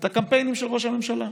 את הקמפיינים של ראש הממשלה.